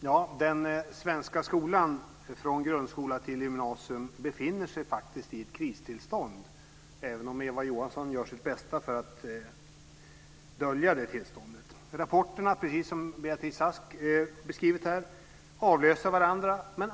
Herr talman! Den svenska skolan från grundskola till gymnasium befinner sig i ett kristillstånd, även om Eva Johansson gör sitt bästa för att dölja det. Rapporterna avlöser varandra, precis som Beatrice Ask har beskrivit här.